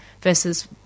versus